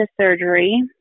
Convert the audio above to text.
surgery